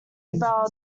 labour